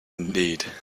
indeed